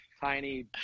Tiny